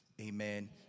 Amen